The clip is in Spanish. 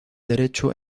derecho